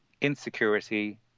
insecurity